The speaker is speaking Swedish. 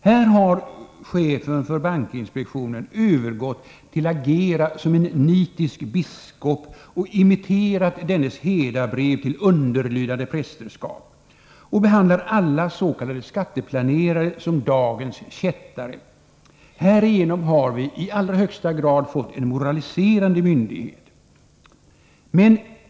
Här har chefen för bankinspektionen övergått till att agera som en nitisk biskop och imiterat dennes herdabrev till underlydande prästerskap och därvid behandlat alla s.k. skatteplanerare som dagens kättare. Härigenom har vi fått en i högsta grad moraliserande myndighet.